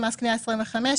מס קניה-25%.